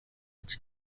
its